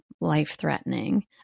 life-threatening